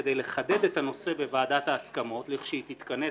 כדי לחדד את הנושא בוועדת ההסכמות, לכשהיא תתכנס